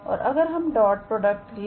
और अगर हम डॉट प्रोडक्ट ले